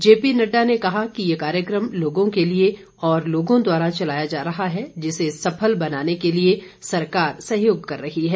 JP Nadda ने कहा कि ये कार्यक्रम लोगों के लिए और लोगों द्वारा चलाया जा रहा है जिसे सफल बनाने के लिए सरकार सहयोग कर रही है